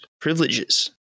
privileges